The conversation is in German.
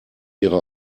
ihre